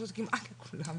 ארגון שקיים כבר קרוב ל-30 שנה,